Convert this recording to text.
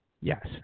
Yes